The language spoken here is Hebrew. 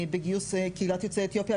בגיוס קהילת יוצאי אתיופיה.